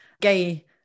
gay